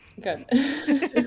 good